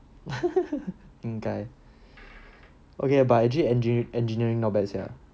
应该 but actually engin~ engineering not bad sia